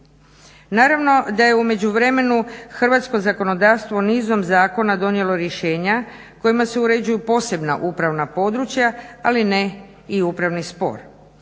Naravno da je u međuvremenu hrvatsko zakonodavstvo nizom zakona donijelo rješenja kojima se uređuju posebna upravna područja, ali ne i upravni spor.